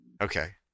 Okay